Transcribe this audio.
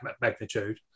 magnitude